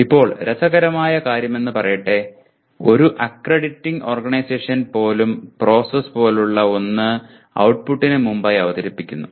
ഇപ്പോൾ രസകരമെന്നു പറയട്ടെ ഒരു അക്രഡിറ്റിംഗ് ഓർഗനൈസേഷൻ പോലും പ്രോസസ്സ് പോലുള്ള ഒന്ന് ഔട്ട്പുട്ടിന് മുമ്പായി അവതരിപ്പിക്കുന്നു